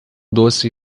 doce